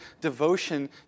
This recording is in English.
devotion